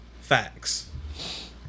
facts